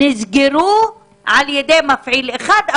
נסגרו על ידי מפעיל אחד,